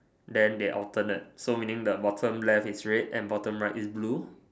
then they alternate so meaning the bottom left is red and bottom right is blue